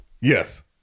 Yes